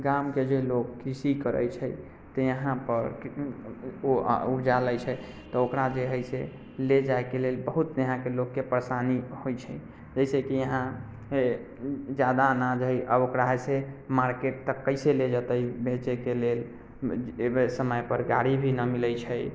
गामके जे लोक कृषि करै छै तऽ यहाँपर ओ उपजा लै छै तऽ ओकरा जे हइ से ले जाइके लेल बहुत यहाँके लोकके परेशानी होइ छै जइसेकि यहाँ ज्यादा अनाज हइ अब ओकरा हइ से मार्केट तक कइसे ले जेतै बेचैके लेल एहि बेर समयपर गाड़ी भी नहि मिलै छै